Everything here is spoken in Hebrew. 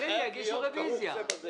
אחרי כן יגישו רביזיה.